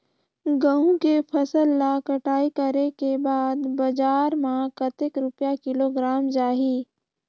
गंहू के फसल ला कटाई करे के बाद बजार मा कतेक रुपिया किलोग्राम जाही?